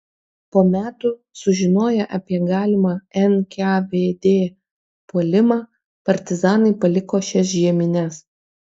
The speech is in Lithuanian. po metų sužinoję apie galimą nkvd puolimą partizanai paliko šias žiemines